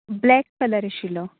black colour आशिल्लो